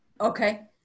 Okay